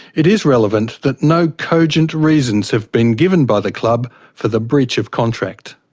it is relevant that no cogent reasons have been given by the club for the breach of contract.